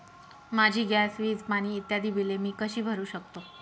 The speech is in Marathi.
माझी गॅस, वीज, पाणी इत्यादि बिले मी कशी भरु शकतो?